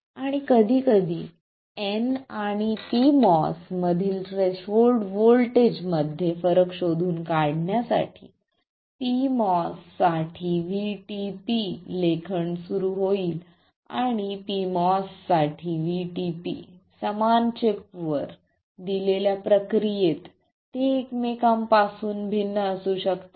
आणि कधी कधी n आणि pMOS मधील थ्रेशोल्ड व्होल्टेज मध्ये फरक शोधून काढण्यासाठी pMOS साठी VTP लेखन सुरू होईल आणि pMOS साठी VTP समान चिपवर दिलेल्या प्रक्रियेत ते एकमेकांपासून भिन्न असू शकतात